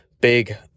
big